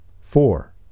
four